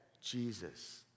jesus